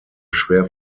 schwer